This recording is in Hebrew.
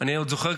אני עוד זוכר,